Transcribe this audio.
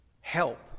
help